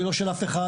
היא לא של אף אחד,